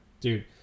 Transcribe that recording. dude